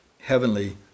heavenly